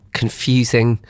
confusing